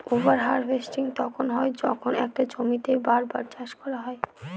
over harvesting তখন হয় যখন একটা জমিতেই বার বার চাষ করা হয়